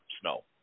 snow